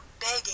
begging